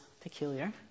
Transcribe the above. peculiar